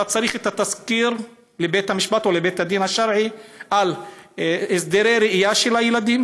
אתה צריך תסקיר לבית המשפט או לבית הדין השרעי על הסדרי ראייה של הילדים